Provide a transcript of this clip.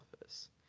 Office